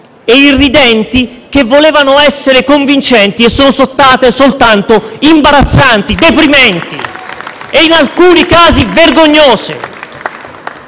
e irridenti, che volevano essere convincenti e sono state soltanto imbarazzanti, deprimenti e, in alcuni casi, vergognose.